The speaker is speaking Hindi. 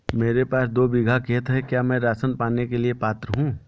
मेरे पास दो बीघा खेत है क्या मैं राशन पाने के लिए पात्र हूँ?